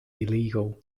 illegal